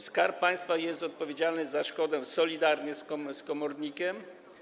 Skarb Państwa jest odpowiedzialny za szkodę solidarnie z komornikiem.